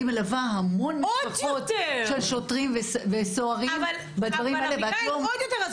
אני מלווה המון משפחות של שוטרים וסוהרים בדברים האלה --- עוד יותר.